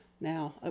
now